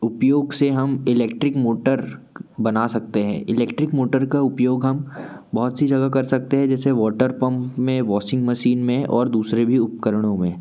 उपयोग से हम इलेक्ट्रिक मोटर बना सकते हैं इलेक्ट्रिक मोटर का उपयोग हम बहुत सी जगह कर सकते हैं जैसे वॉटर पंप में वॉसिंग मसीन में और दूसरे भी उपकरणों में